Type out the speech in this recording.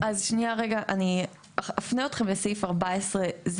אז שנייה, אני אפנה תכם לסעיף 14ז1(א).